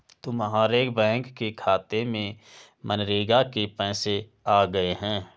तुम्हारे बैंक के खाते में मनरेगा के पैसे आ गए हैं